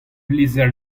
lizher